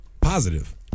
positive